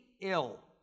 ill